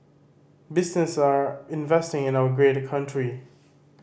businesses are investing in our great country